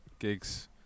gigs